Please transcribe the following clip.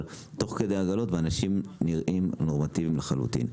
אבל תוך כדי עגלות ואנשים נראים נורמטיביים לחלוטין.